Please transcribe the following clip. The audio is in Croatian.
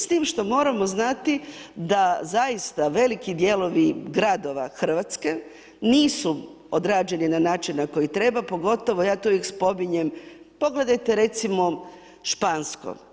S tim što moramo znati da zaista veliki dijelovi gradova Hrvatske nisu odrađeni na način na koji treba, pogotovo, ja to uvijek spominjem, pogledajte recimo Špansko.